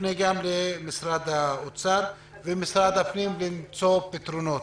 נפנה גם למשרד האוצר והפנים כדי למצוא פתרונות.